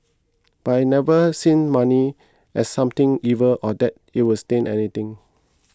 but I've never seen money as something evil or that it was taint anything